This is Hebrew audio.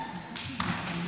בבקשה.